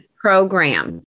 Program